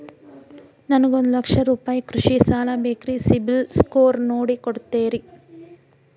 ನನಗೊಂದ ಲಕ್ಷ ರೂಪಾಯಿ ಕೃಷಿ ಸಾಲ ಬೇಕ್ರಿ ಸಿಬಿಲ್ ಸ್ಕೋರ್ ನೋಡಿ ಕೊಡ್ತೇರಿ?